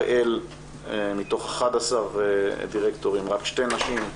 הראל, מתוך 11 דירקטורים, רק שתי נשים.